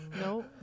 no